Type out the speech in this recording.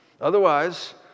Otherwise